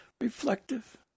reflective